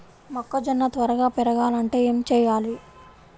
మొక్కజోన్న త్వరగా పెరగాలంటే ఏమి చెయ్యాలి?